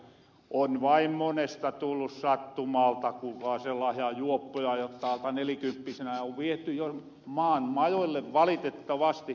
on vain monesta tullu sattumalta kuulkaa sellaasia juoppoja jotta alta nelikymppisenä on viety jo maan majoille valitettavasti